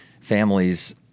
families